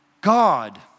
God